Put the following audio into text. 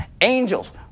angels